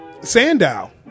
Sandow